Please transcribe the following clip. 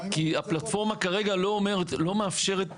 כי הפלטפורמה כרגע לא מאפשרת שינוע.